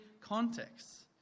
contexts